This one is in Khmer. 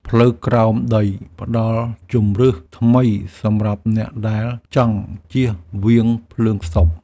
ផ្លូវក្រោមដីផ្ដល់ជម្រើសថ្មីសម្រាប់អ្នកដែលចង់ជៀសវាងភ្លើងស្តុប។